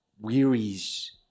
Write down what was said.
wearies